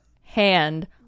hand